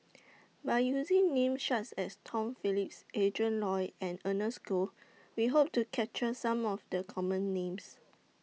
By using Names such as Tom Phillips Adrin Loi and Ernest Goh We Hope to capture Some of The Common Names